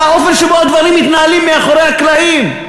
על האופן שבו הדברים מתנהלים מאחורי הקלעים.